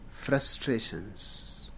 frustrations